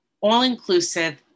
all-inclusive